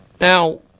Now